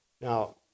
Now